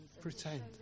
pretend